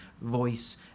voice